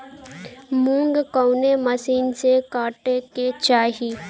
मूंग कवने मसीन से कांटेके चाही?